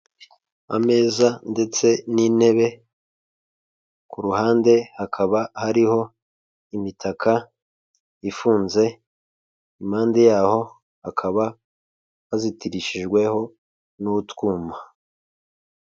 Ameza ndetse n'intebe, ku ruhande hakaba hariho imitaka ifunze impande yaho hakaba hazitirishijweho n'utwuma.